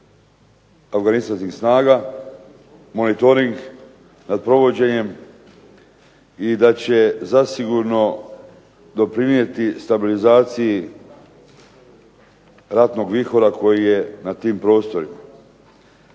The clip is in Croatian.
Afganistanskih snaga, monitoring nad provođenjem i da će zasigurno doprinijeti stabilizaciji ratnog vihora koji je na tim prostorima.